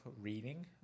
reading